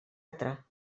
altra